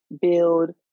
build